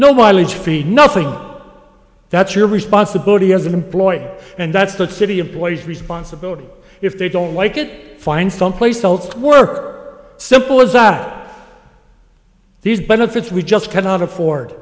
it's fee nothing that's your responsibility as an employee and that's the city employees responsibility if they don't like it find someplace felt work simple as that these benefits we just cannot afford